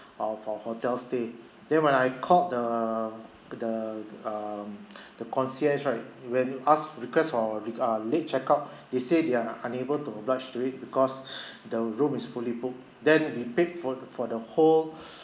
of our for hotel stay then when I called the the um the concierge right when we asked request for a reg~ late checkout they said they're unable to oblige to it because the room is fully booked then we paid for for the whole